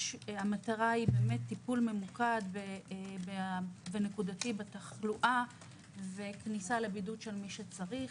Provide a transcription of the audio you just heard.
המטרה היא טיפול ממוקד ונקודתי בתחלואה וכניסה לבידוד של מי שצריך.